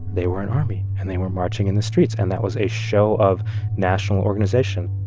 they were an army, and they were marching in the streets, and that was a show of national organization